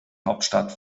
hauptstadt